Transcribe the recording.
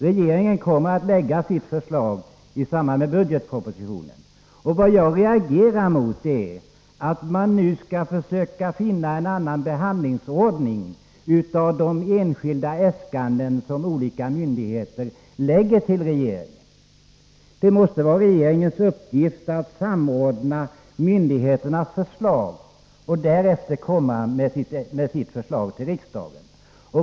Regeringen kommer att framlägga sitt förslag i samband med budgetpropositionen. Vad jag reagerar mot är att man nu försöker finna en annan behandlingsordning för de enskilda äskanden som olika myndigheter lägger fram för regeringen. Det måste vara regeringens uppgift att samordna myndigheternas förslag och därefter komma med sitt förslag till riksdagen.